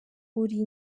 uri